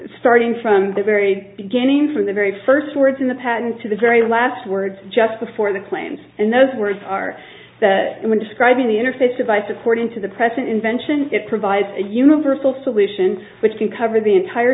starting from the very beginning from the very first words in the patent to the very last words just before the claims and those words are describing the interface device according to the present invention it provides a universal solution which can cover the entire